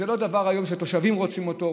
היום זה לא הדבר שהתושבים רוצים אותו,